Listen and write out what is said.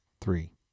three